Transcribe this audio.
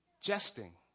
jesting